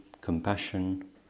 compassion